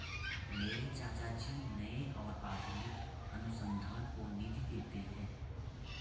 मेरे चाचा जी नए और आधुनिक अनुसंधान को निधि देते हैं